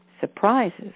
Surprises